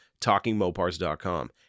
TalkingMopars.com